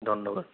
ধন্যবাদ